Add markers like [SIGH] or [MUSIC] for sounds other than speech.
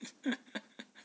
[LAUGHS]